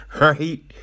right